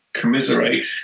commiserate